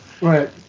right